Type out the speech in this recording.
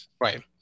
Right